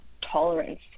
tolerance